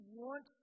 want